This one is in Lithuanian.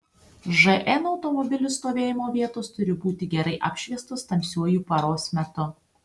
žn automobilių stovėjimo vietos turi būti gerai apšviestos tamsiuoju paros metu